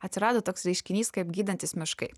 atsirado toks reiškinys kaip gydantys miškai